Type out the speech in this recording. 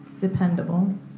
dependable